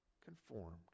conformed